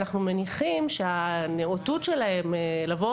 אנחנו מניחים שתהיה נאותות שלהן לבוא